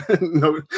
No